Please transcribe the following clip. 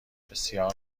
بسیار